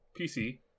PC